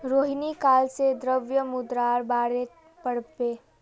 रोहिणी काल से द्रव्य मुद्रार बारेत पढ़बे